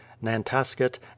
Nantasket